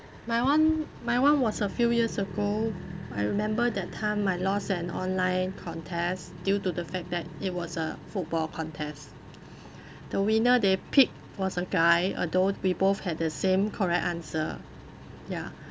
my one my one was a few years ago I remember that time I lost an online contest due to the fact that it was a football contest the winner they picked was a guy although we both had the same correct answer ya